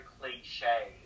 cliche